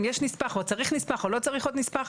אם יש נספח או צריך נספח או לא צריך עוד נספח.